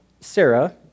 Sarah